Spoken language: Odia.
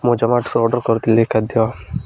ମୁଁ ଜମାଟୋ ଅର୍ଡ଼ର କରିଥିଲି ଖାଦ୍ୟ